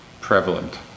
prevalent